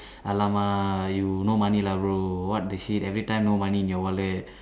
!alamak! you no money lah bro what the shit every time no money in your wallet